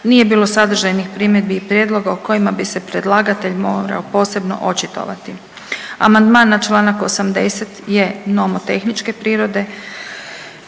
nije bilo sadržajnih primjedbi i prijedloga o kojima bi se predlagatelj morao posebno očitovati. Amandman na čl. 80 je nomotehničke prirode